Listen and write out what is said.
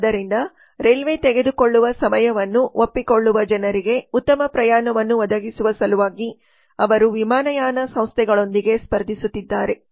ಆದ್ದರಿಂದ ರೈಲ್ವೆ ತೆಗೆದುಕೊಳ್ಳುವ ಸಮಯವನ್ನು ಒಪ್ಪಿಕೊಳ್ಳುವ ಜನರಿಗೆ ಉತ್ತಮ ಪ್ರಯಾಣವನ್ನು ಒದಗಿಸುವ ಸಲುವಾಗಿ ಅವರು ವಿಮಾನಯಾನ ಸಂಸ್ಥೆಗಳೊಂದಿಗೆ ಸ್ಪರ್ಧಿಸುತ್ತಿದ್ದಾರೆ